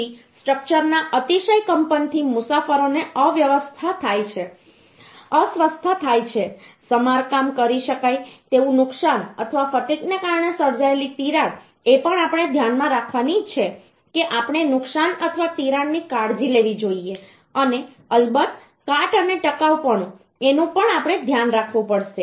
પછી સ્ટ્રક્ચરના અતિશય કંપનથી મુસાફરોને અસ્વસ્થતા થાય છે સમારકામ કરી શકાય તેવું નુકસાન અથવા ફટિગને કારણે સર્જાયેલી તિરાડ એ પણ આપણે ધ્યાનમાં રાખવાની છે કે આપણે નુકસાન અથવા તિરાડની કાળજી લેવી જોઈએ અને અલબત્ત કાટ અને ટકાઉપણું એનું પણ આપણે ધ્યાન રાખવું પડશે